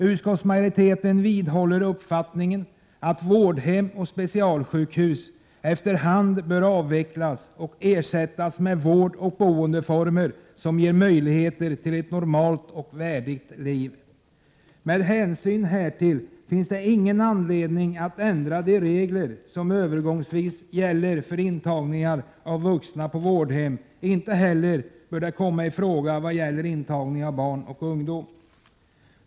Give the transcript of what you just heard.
Utskottsmajoriteten vidhåller uppfattningen att vårdhem och specialsjukhus efter hand bör avvecklas och ersättas med vårdoch boendeformer som ger möjligheter till ett normalt och värdigt liv. Med hänsyn härtill finns det ingen anledning att ändra de regler som övergångsvis gäller för intagning av vuxna på vårdhem. Inte heller bör det komma i fråga vad gäller intagningen av barn och ungdom.